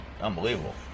unbelievable